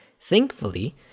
Thankfully